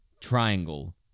Triangle